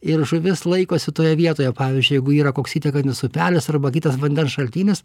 ir žuvis laikosi toje vietoje pavyzdžiui jeigu yra koks įtekantis upelis arba kitas vandens šaltinis